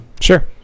Sure